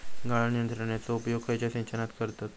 गाळण यंत्रनेचो उपयोग खयच्या सिंचनात करतत?